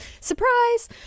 surprise